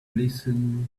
listen